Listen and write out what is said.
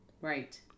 Right